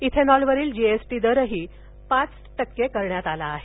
इथेनॉलवरील GST दरही पाच टक्के करण्यात आला आहे